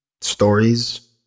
stories